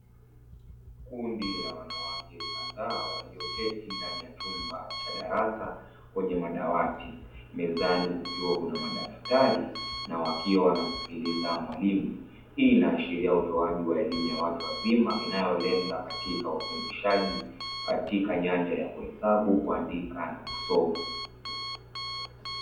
Kundi la wanawake kadhaa walioketi ndani ya chumba cha darasa kwenye madawati, mezani kukiwa kuna madaftari, wakiwa wanamsikiliza mwalimu. Hii inaashiria utoaji wa elimu ya watu wazima inayolenga katika ufundishaji katika nyanja ya kuhesabu, kuandika na kusoma.